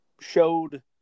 showed